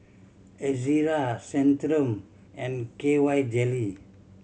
Ezerra Centrum and K Y Jelly